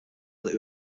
that